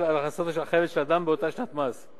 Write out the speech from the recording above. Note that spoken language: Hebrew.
על הכנסתו החייבת של אדם באותה שנת מס.